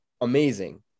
amazing